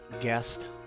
guest